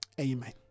Amen